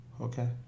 Okay